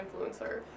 influencer